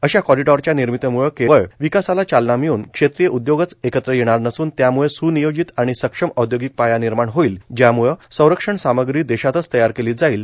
अशा कॉरिडॉरच्या निर्मितीमुळं केवळ विकासाला चालना मिळून क्षेत्रिय उद्योगच एकत्र येणार नसून यामुळं सुनियोजित आणि सक्षम औद्योगिक पाया निर्माण होईल ज्यामुळं संरक्षण सामग्री देशातच तयारी केली जाईल